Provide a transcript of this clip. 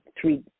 three